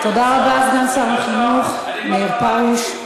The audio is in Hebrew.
תודה רבה, סגן שר החינוך מאיר פרוש.